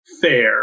fair